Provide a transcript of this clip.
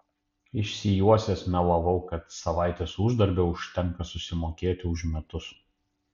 išsijuosęs melavau kad savaitės uždarbio užtenka susimokėti už metus